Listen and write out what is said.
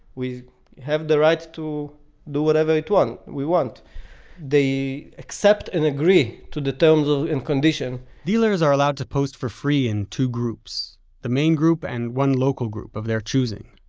we have the right to do whatever it want we want they accept and agree to the terms and condition dealers are allowed to post for free in two groups the main group and one local group of their choosing.